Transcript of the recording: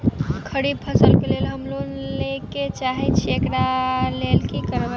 खरीफ फसल केँ लेल हम लोन लैके चाहै छी एकरा लेल की करबै?